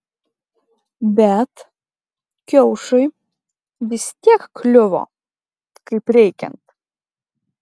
bet kiaušui vis tiek kliuvo kaip reikiant